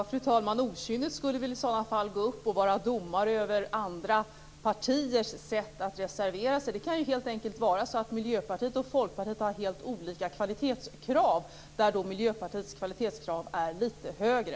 Fru talman! Okynnet skulle väl i så fall vara att gå upp i talarstolen och vara domare över andra partiers sätt att reservera sig. Det kan ju helt enkelt vara så att Miljöpartiet och Folkpartiet har olika kvalitetskrav och att Miljöpartiets krav är litet högre.